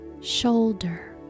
shoulder